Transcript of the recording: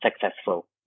successful